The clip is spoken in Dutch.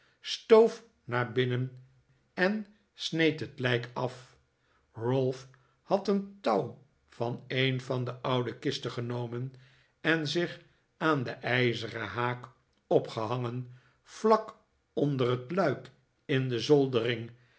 stoof naar binnen en sneed het lijk af ralph had een touw van een van de oude kisten genomen en zich aan den ijzeren haak opgehangen vlak onder het luik in de zoldering